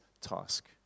task